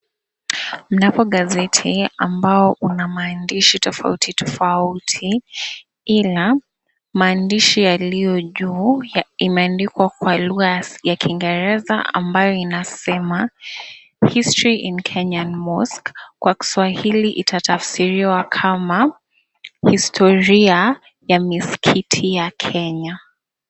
Mnapo gazeti ambao una maandishi tofauti tofauti, ila maandishi yaliyo juu ya imeandikwa kwa lugha ya Kiingereza ambayo inasema, History in Kenyan Mosques . Kwa kiswahili itatafsiriwa kama,, historia ya misikiti ya Kenya.